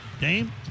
Dame